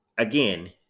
again